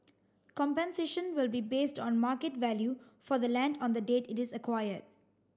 compensation will be based on market value for the land on the date it is acquired